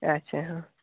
ᱟᱪᱪᱷᱟ ᱦᱮᱸ